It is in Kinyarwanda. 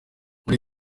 muri